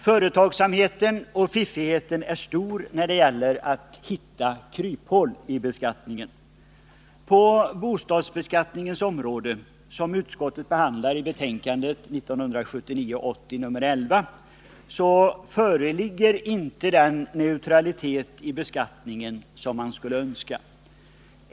Företagsamheten och fiffigheten är stor när det gäller att hitta kryphål i beskattningen. På bostadsbeskattningens område, som utskottet behandlar i betänkandet 1979/80:11, föreligger inte den neutralitet i beskattningen som man skulle önska.